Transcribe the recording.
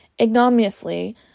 ignominiously